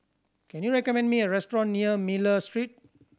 can you recommend me a restaurant near Miller Street